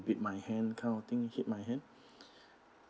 beat my hand kind of thing hit my hand